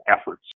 efforts